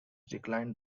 declined